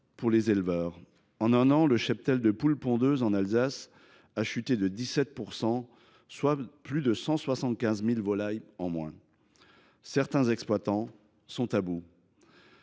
pour les éleveurs. En un an, le cheptel de poules pondeuses en Alsace a chuté de 17 %, soit plus de 175 000 volailles en moins. Certains exploitants sont à bout.